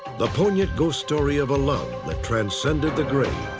the poignant ghost story of a love that transcended the grave.